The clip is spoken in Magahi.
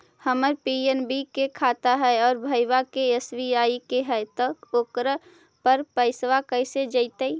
हमर पी.एन.बी के खाता है और भईवा के एस.बी.आई के है त ओकर पर पैसबा कैसे जइतै?